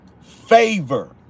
favor